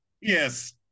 yes